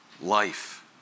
life